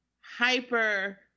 hyper